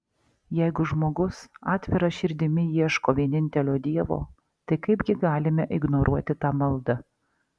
jeigu žmogus atvira širdimi ieško vienintelio dievo tai kaipgi galime ignoruoti tą maldą